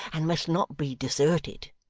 and must not be deserted